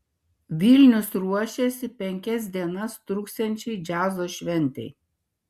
vilnius ruošiasi penkias dienas truksiančiai džiazo šventei